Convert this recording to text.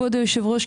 כבוד היושב-ראש,